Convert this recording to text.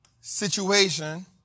situation